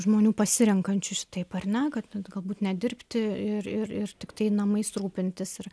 žmonių pasirenkančių šitaip ar ne kad galbūt nedirbti ir ir ir tiktai namais rūpintis ir